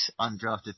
undrafted